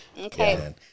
okay